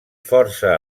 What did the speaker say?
força